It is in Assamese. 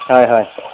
হয় হয়